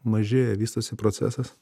mažėja vystosi procesas